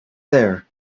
there